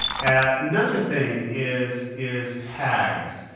and another thing is is tags,